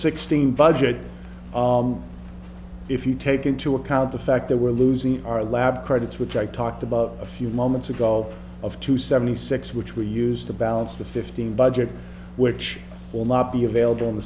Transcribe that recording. sixteen budget if you take into account the fact that we're losing our lab credits which i talked about a few moments ago of two seventy six which we used to balance the fifteen budget which will not be available in th